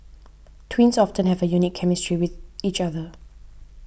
twins often have a unique chemistry with each other